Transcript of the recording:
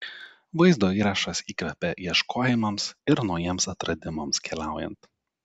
vaizdo įrašas įkvepia ieškojimams ir naujiems atradimams keliaujant